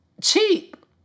cheap